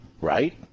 Right